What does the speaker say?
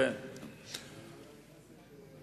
דיברת קודם על